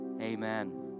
Amen